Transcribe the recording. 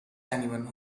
anyone